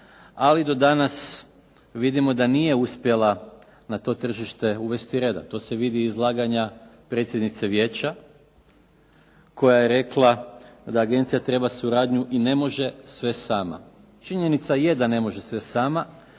ali do danas vidimo da nije uspjela na to tržište uvesti reda. To se vidi iz izlaganja predsjednice vijeća koja je rekla da agencija treba suradnju i ne može sve sama. Činjenica je da ne može sve sama,